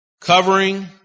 covering